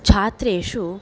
छात्रेषु